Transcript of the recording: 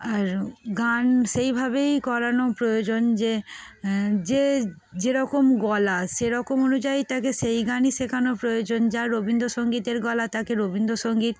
আর গান সেইভাবেই করানো প্রয়োজন যে যে যেরকম গলা সেরকম অনুযায়ী তাকে সেই গানই শেখানো প্রয়োজন যা রবীন্দ্রসঙ্গীতের গলা তাকে রবীন্দ্রসঙ্গীত